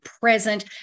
present